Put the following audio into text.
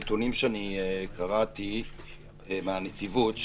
אני רוצה לשאול כמה דברים על נתונים שקראתי מהנציבות,